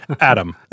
Adam